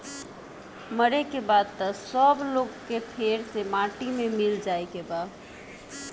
मरे के बाद त सब लोग के फेर से माटी मे मिल जाए के बा